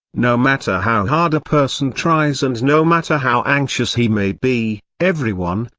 no matter how hard a person tries and no matter how anxious he may be, everyone,